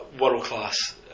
world-class